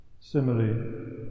Similarly